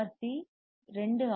C 2 R